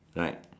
like